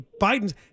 Biden's